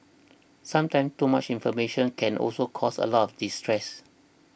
sometimes too much information can also cause a lot of distress